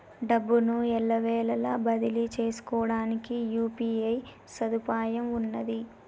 డబ్బును ఎల్లవేళలా బదిలీ చేసుకోవడానికి యూ.పీ.ఐ సదుపాయం ఉన్నది